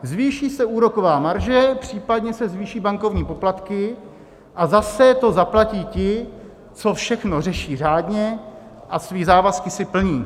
Zvýší se úroková marže, případně se zvýší bankovní poplatky a zase to zaplatí ti, co všechno řeší řádně a své závazky si plní.